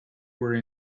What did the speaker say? were